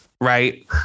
right